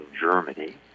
Germany